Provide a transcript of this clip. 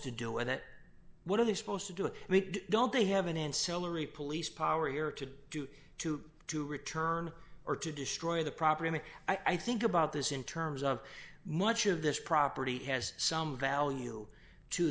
to do with it what are they supposed to do it i mean don't they have an end celery police power here to do it to to return or to destroy the property like i think about this in terms of much of this property has some value to